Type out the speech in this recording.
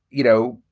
you know,